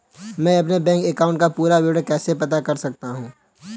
मैं अपने bank account का पूरा विवरण कैसे पता कर सकता हूँ?